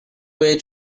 way